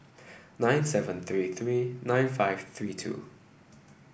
nine seven three three nine five three two